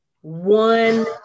one